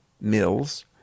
mills